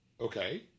Okay